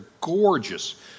gorgeous